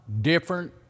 different